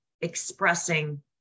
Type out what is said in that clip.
expressing